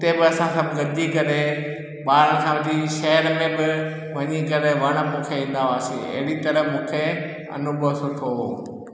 उते बि असां सभु गॾिजी करे ॿार सां वठी शहर में वञी करे वणु पोखे ईंदा हुआसीं अहिड़ी तरह मूंखे अनुभव सुठो हुओ